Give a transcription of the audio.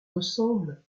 ressemblent